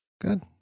Good